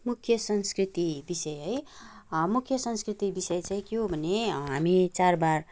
मुख्य संस्कृति विषय है मुख्य संस्कृति विषय चाहिँ के हो भने हामी चाडबाड